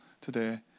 today